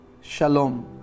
shalom